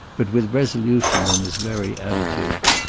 but with resolution in his very attitude.